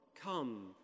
come